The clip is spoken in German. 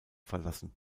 verlassen